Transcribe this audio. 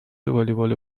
والیبال